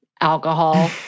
alcohol